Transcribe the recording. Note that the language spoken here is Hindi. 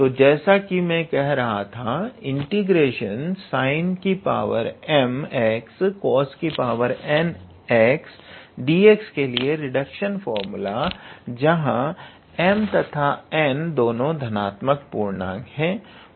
तो जैसा कि मैं कह रहा था ∫ 𝑠𝑖𝑛𝑚𝑥𝑐𝑜𝑠𝑛𝑥dx के लिए रिडक्शन फार्मूला जहां की m तथा n दोनों धनात्मक पूर्णांक है